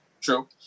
True